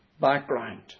background